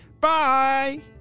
Bye